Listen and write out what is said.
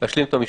אשלים את המשפט.